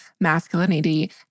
masculinity